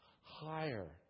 Higher